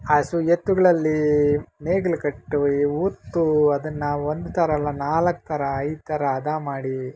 ಹಸು ಎತ್ತುಗಳಲ್ಲಿ ನೇಗಿಲು ಕಟ್ಟಿ ಯಿ ಉತ್ತು ಅದನ್ನು ಒಂದು ಥರ ಅಲ್ಲ ನಾಲ್ಕು ಥರ ಐದು ಥರ ಹದ ಮಾಡಿ